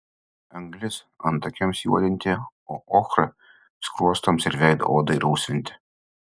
anglis antakiams juodinti o ochra skruostams ir veido odai rausvinti